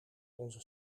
onze